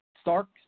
Stark